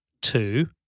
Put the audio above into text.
Two